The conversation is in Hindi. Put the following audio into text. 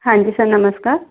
हां जी सर नमस्कार